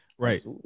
Right